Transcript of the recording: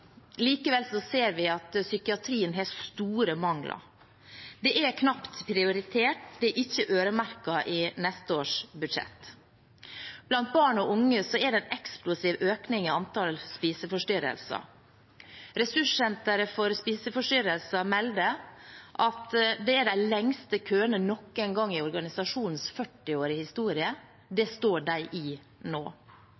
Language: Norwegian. ser vi at psykiatrien har store mangler. Det er knapt prioritert. Det er ikke øremerket i neste års budsjett. Blant barn og unge er det en eksplosiv økning i antall spiseforstyrrelser. Organisasjonen Rådgivning om spiseforstyrrelser – ressurssenteret – melder at det er de lengste køene noen gang i organisasjonens 40-årige historie. Det